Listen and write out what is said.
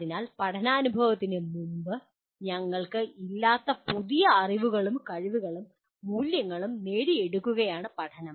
അതിനാൽ പഠനാനുഭവത്തിന് മുമ്പ് ഞങ്ങൾക്ക് ഇല്ലാത്ത പുതിയ അറിവും കഴിവുകളും മൂല്യങ്ങളും നേടിയെടുക്കുകയാണ് പഠനം